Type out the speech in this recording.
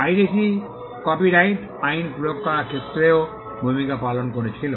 piracy copyright আইন প্রয়োগ করার ক্ষেত্রেও ভূমিকা পালন করেছিল